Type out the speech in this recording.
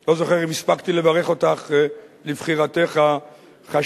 אני לא זוכר אם הספקתי לברך אותך על בחירתך החשובה,